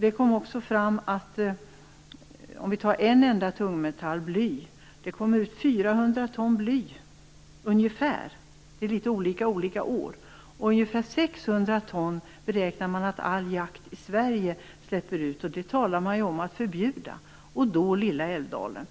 Det kom också fram att det - för att ta en enda tungmetall - kom ut ungefär 400 ton bly. Siffran är litet olika olika år. Man beräknar att all jakt i Sverige släpper ut ungefär 600 ton, och detta talar man ju om att förbjuda. Skall då lilla Älvdalen